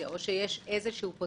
שיש איזו שהיא רגולציה,